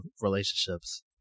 relationships